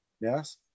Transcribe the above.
Yes